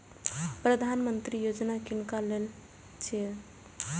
प्रधानमंत्री यौजना किनका लेल छिए?